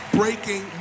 breaking